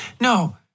no